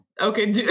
okay